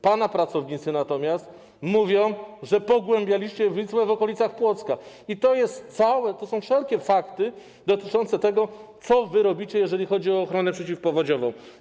Pana pracownicy natomiast mówią, że pogłębialiście Wisłę w okolicach Płocka i to są wszelkie fakty dotyczące tego, co wy robicie, jeżeli chodzi o ochronę przeciwpowodziową.